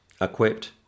equipped